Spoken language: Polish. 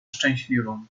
szczęśliwą